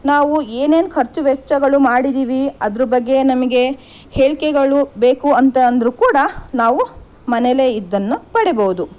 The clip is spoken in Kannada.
ನಾವು ಏನೇನು ಖರ್ಚು ವೆಚ್ಚಗಳು ಮಾಡಿದ್ದೀವಿ ಅದರ ಬಗ್ಗೆ ನಮಗೆ ಹೇಳಿಕೆಗಳು ಬೇಕು ಅಂತ ಅಂದರೂ ಕೂಡ ನಾವು ಮನೆಯಲ್ಲೇ ಇದ್ದದನ್ನು ಪಡಿಬಹುದು